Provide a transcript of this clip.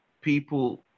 people